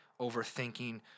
overthinking